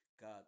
God